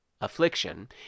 affliction